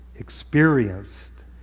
experienced